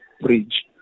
Bridge